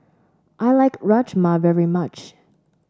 I like Rajma very much